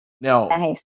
now